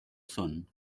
son